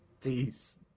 peace